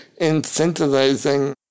incentivizing